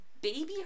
baby